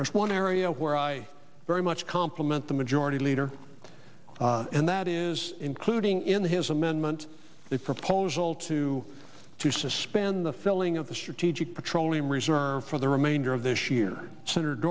e's one area where i very much compliment the majority leader and that is including in his amendment a proposal to to suspend the filling of the strategic petroleum reserve for the remainder of this year sen